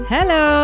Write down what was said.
Hello